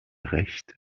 rechte